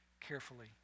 carefully